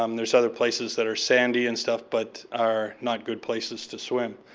um there's other places that are sandy and stuff. but are not good places to swim.